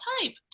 type